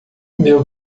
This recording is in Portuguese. meu